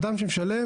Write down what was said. אדם שמשלם,